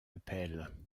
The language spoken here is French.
appel